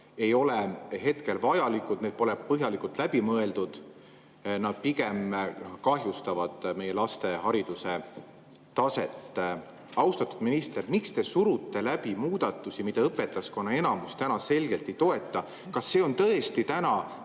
ei ole vajalikud, need pole põhjalikult läbi mõeldud ja need pigem kahjustavad meie laste haridustaset. Austatud minister! Miks te surute läbi muudatusi, mida õpetajaskonna enamus selgelt ei toeta? Kas see on tõesti meie